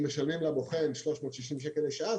אם משלמים לבוחן 360 שקלים לשעה,